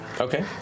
Okay